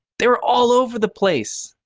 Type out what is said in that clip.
they were all over the place.